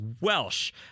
Welsh